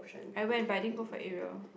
I went but I didn't go for aerial